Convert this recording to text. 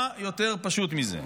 מה יותר פשוט מזה?